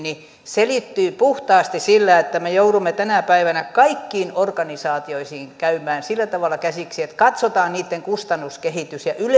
selittyy puhtaasti sillä että me joudumme tänä päivänä kaikkiin organisaatioihin käymään sillä tavalla käsiksi että katsotaan niitten kustannuskehitys yle on eduskunnan alainen ja